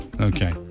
Okay